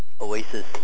Oasis